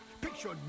picture